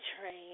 Train